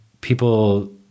people